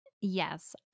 Yes